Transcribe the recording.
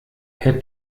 herr